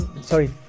Sorry